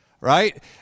right